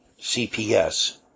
CPS